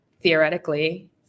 theoretically